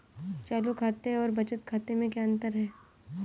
चालू खाते और बचत खाते में क्या अंतर है?